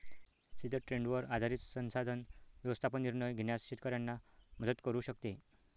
सिद्ध ट्रेंडवर आधारित संसाधन व्यवस्थापन निर्णय घेण्यास शेतकऱ्यांना मदत करू शकते